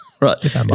right